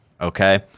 okay